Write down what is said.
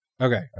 Okay